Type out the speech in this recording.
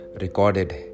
recorded